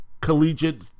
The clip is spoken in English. collegiate